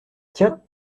tiens